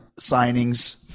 signings